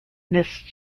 nest